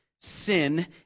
sin